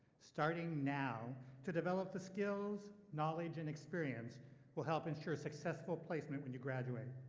starting now to develop the skills, knowledge and experience will help ensure successful placement when you graduate.